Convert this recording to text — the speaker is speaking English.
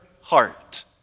heart